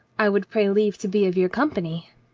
i would pray leave to be of your company.